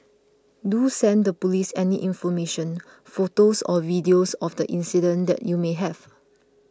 do send the police any information photos or videos of the incident that you may have